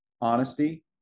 Honesty